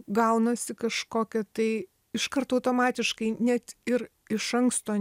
gaunasi kažkokia tai iš karto automatiškai net ir iš anksto